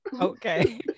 Okay